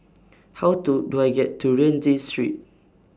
How Do Do I get to Rienzi Street